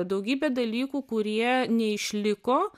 daugybė dalykų kurie neišliko